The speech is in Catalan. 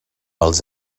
els